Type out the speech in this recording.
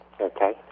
Okay